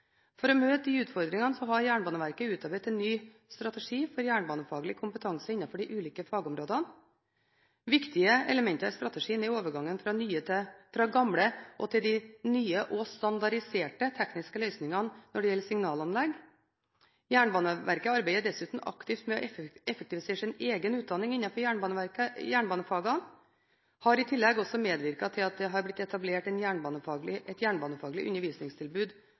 For å møte de utfordringene har Jernbaneverket utarbeidet en ny strategi for jernbanefaglig kompetanse innenfor de ulike fagområdene. Viktige elementer i strategien er overgangen fra de gamle til de nye og standardiserte tekniske løsningene når det gjelder signalanlegg. Jernbaneverket arbeider dessuten aktivt med å effektivisere sin egen utdanning innenfor jernbanefagene, har i tillegg også medvirket til at det er blitt etablert et jernbanefaglig undervisningstilbud på NTNU i Trondheim og har også økt inntaket av lærlinger betraktelig. Et